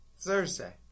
THURSDAY